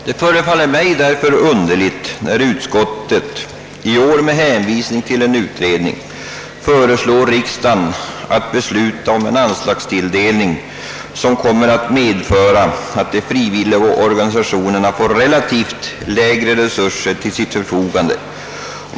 Det förefaller mig därför underligt när utskottet i år med hänvisning till en utredning föreslår riksdagen att besluta om en anslagstilldelning, som kommer att medföra att de frivilliga organisationerna får relativt sett mindre resurser till sitt förfogande.